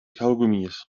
kaugummis